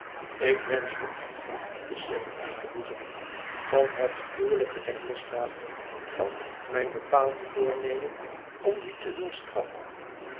ik wensch hun een diep besef in te boezemen van het gruwelijke der misdaad van mijn bepaald voornemen om die te doen straffen